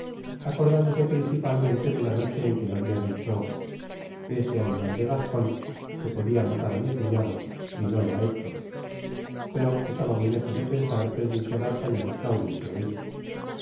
acordándose principalmente de la noche en que la habia dicho ese animal de gascon que podia matar á mi cuñado y ao lo ha hecho pero estaba muy léjos de pensar que el mismo d'artagnan la hubiese oido